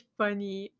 funny